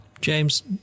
James